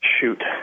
Shoot